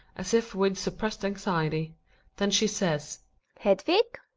as if with suppressed anxiety then she says hedvig!